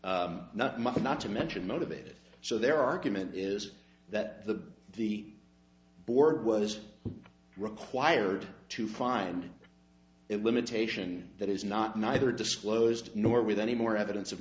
not to mention motivated so their argument is that the the board was required to find it limitation that is not neither disclosed nor with any more evidence of